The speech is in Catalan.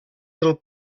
del